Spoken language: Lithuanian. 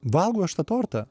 valgau aš tą tortą